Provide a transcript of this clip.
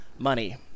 money